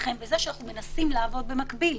אתכם בזה שאנחנו כממשלה מנסים לעבוד במקביל,